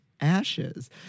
Ashes